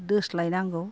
दोस्लायनांगौ